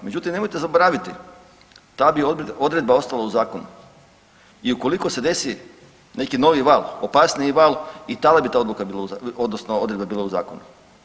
Međutim, nemojte zaboraviti ta bi odredba ostala u zakonu i ukoliko se desi neki novi val, opasniji val i tada bi da odluka odnosno odredba bila u zakonu.